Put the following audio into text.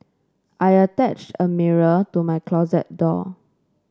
I attached a mirror to my closet door